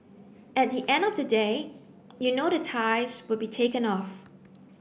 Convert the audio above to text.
at the end of the day you know the ties will be taken off